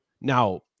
Now